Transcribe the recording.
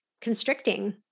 constricting